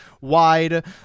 wide